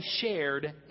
shared